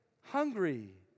hungry